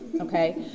okay